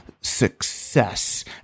success